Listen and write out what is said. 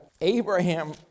Abraham